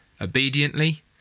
obediently